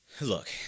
look